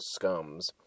scums